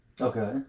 Okay